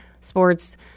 sports